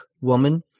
woman